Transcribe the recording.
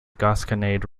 gasconade